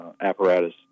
apparatus